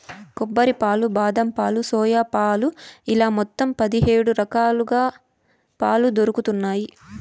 కొబ్బరి పాలు, బాదం పాలు, సోయా పాలు ఇలా మొత్తం పది హేడు రకాలుగా పాలు దొరుకుతన్నాయి